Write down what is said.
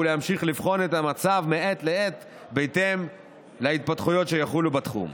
ולהמשיך לבחון את המצב מעת לעת בהתאם להתפתחויות שיחולו בתחום.